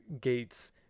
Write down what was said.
Gates